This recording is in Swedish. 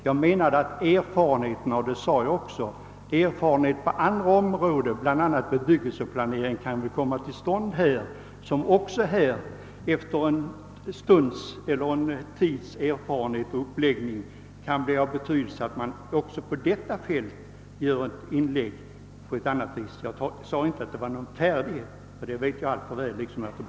Jag menar att erfarenheterna från andra områden, bl.a. bebyggelseplaneringen, kan komma till användning efter en tid.